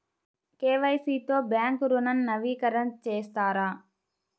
KYC తో bank ఋణం నవీకరణ చేస్తారా?